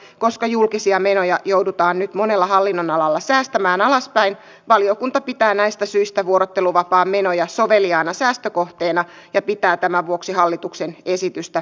koska julkisia menoja joudutaan nyt monella hallinnonalalla säästämään alaspäin valiokunta pitää näistä syistä vuorotteluvapaan menoja soveliaana säästökohteena ja pitää tämän vuoksi hallituksen esitystä perusteltuna